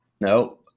no